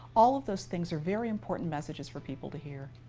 all of those things are very important messages for people to hear.